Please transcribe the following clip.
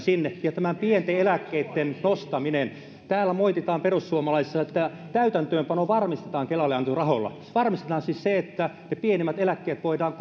sinne ja tämä pienten eläkkeiden nostaminen täällä moititaan perussuomalaisissa että täytäntöönpano varmistetaan kelalle annetuilla rahoilla varmistetaan siis se että ne pienimmät eläkkeet voidaan